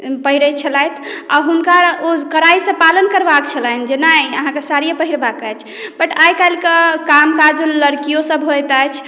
पहिरै छलथि आ हुनका ओ कड़ाइसँ पालन करबाक छलनि जे नहि अहाँकेँ साड़िये पहिरबाक अछि बट आइ काल्हिके कामकाजुल लड़कियोसभ होइत अछि